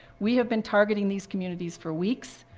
we have been targeting these communities for weeks.